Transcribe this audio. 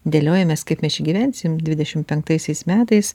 dėliojamės kaip mes čia gyvensim dvidešimt penktaisiais metais